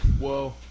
whoa